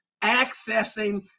accessing